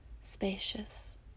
spacious